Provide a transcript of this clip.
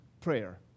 prayer